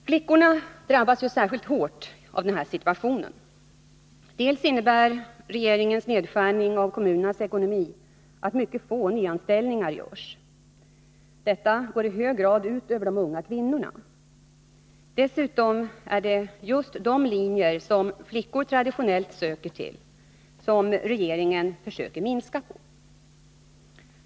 Flickorna drabbas särskilt hårt av den här situationen. Regeringens nedskärningar av kommunernas ekonomi innebär bl.a. att mycket få nyanställningar görs. Detta går i hög grad ut över de unga kvinnorna. Dessutom är det just de linjer som flickor traditionellt sökt till som regeringen försöker minska på.